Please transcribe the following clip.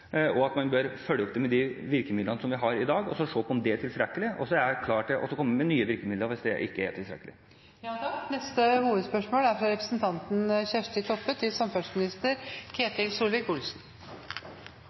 Man bør følge opp de virkemidlene vi har i dag, og se på om det er tilstrekkelig. Så er jeg klar til å komme med nye virkemidler hvis det ikke er tilstrekkelig.